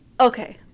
okay